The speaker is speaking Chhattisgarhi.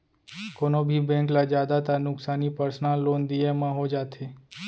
कोनों भी बेंक ल जादातर नुकसानी पर्सनल लोन दिये म हो जाथे